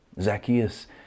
Zacchaeus